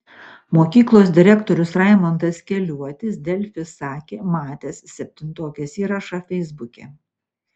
mokyklos direktorius raimundas keliuotis delfi sakė matęs septintokės įrašą feisbuke